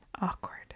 Awkward